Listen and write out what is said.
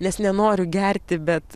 nes nenoriu gerti bet